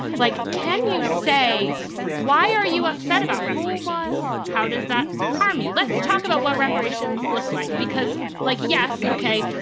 like, can you say why are you upset about reparations? how does that harm you? let's talk about what reparations look like because like. yes, ok,